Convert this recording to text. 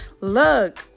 Look